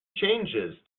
changes